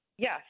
Yes